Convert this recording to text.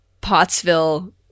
Pottsville